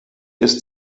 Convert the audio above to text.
ist